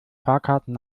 fahrkarten